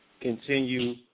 continue